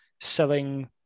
selling